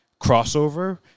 Crossover